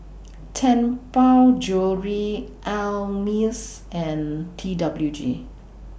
Tianpo Jewellery Ameltz and T W G